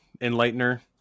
Enlightener